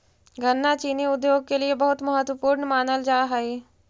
गन्ना चीनी उद्योग के लिए बहुत महत्वपूर्ण मानल जा हई